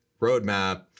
roadmap